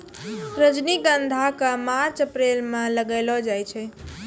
रजनीगंधा क मार्च अप्रैल म लगैलो जाय छै